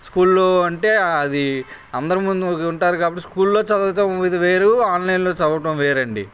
స్కూల్లో అంటే అది అందరి ముందు ఉంటారు కాబట్టి స్కూల్లో చదవడం ఇది వేరు ఆన్లైన్లో చదవడం వేరండి